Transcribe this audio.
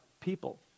people